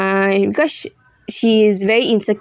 ah because sh~ she is very